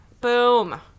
boom